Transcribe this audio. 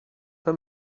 for